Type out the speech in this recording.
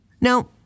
Now